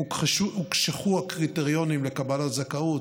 הוקשחו הקריטריונים לקבלת זכאות,